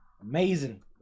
amazing